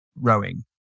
rowing